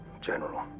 General